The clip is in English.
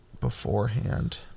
beforehand